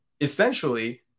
essentially